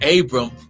Abram